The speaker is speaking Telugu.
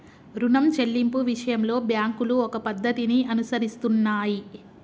రుణం చెల్లింపు విషయంలో బ్యాంకులు ఒక పద్ధతిని అనుసరిస్తున్నాయి